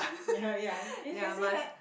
ya ya you can say that